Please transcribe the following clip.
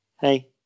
Hey